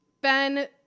Ben